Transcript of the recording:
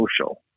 social